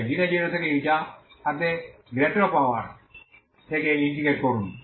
তাই 0 থেকে Eta এর সাথে grato পাওয়ার ক্ষেত্রে ইন্টিগ্রেট করুন